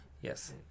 Yes